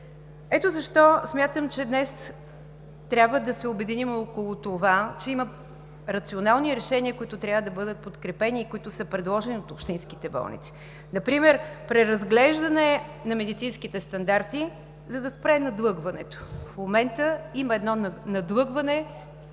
Ето защо смятам, че днес трябва да се обединим около това, че има рационални решения, които трябва да бъдат подкрепени, и които са предложени от общинските болници. Например преразглеждане на медицинските стандарти, за да спре надлъгването. В момента има едно надлъгване